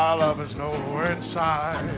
love is nowhere in sight